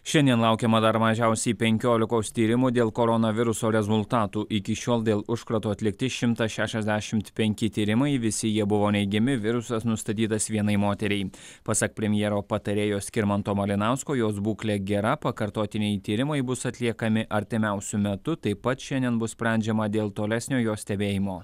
šiandien laukiama dar mažiausiai penkiolikos tyrimų dėl koronaviruso rezultatų iki šiol dėl užkrato atlikti šimtas šešiasdešimt penki tyrimai visi jie buvo neigiami virusas nustatytas vienai moteriai pasak premjero patarėjo skirmanto malinausko jos būklė gera pakartotiniai tyrimai bus atliekami artimiausiu metu taip pat šiandien bus sprendžiama dėl tolesnio jos stebėjimo